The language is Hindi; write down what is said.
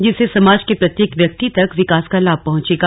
जिससे समाज के प्रत्येक व्यक्ति तक विकास का लाभ पहुंचेगा